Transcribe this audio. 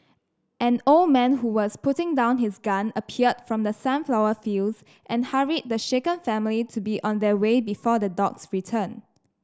an old man who was putting down his gun appeared from the sunflower fields and hurried the shaken family to be on their way before the dogs return